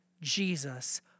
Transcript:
Jesus